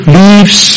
leaves